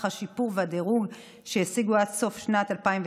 השיפור והדירוג שהשיגו עד סוף שנת 2019,